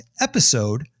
episode